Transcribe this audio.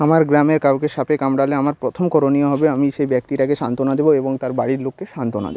আমার গ্রামের কাউকে সাপে কামড়ালে আমার প্রথম করণীয় হবে আমি সেই ব্যক্তিটাকে সান্ত্বনা দেবো এ বং তার বাড়ির লোককে সান্ত্বনা দেবো